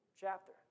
chapter